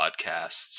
podcasts